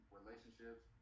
relationships